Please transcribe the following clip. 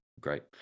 great